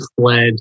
fled